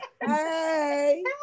Hey